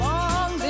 Long